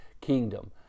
kingdom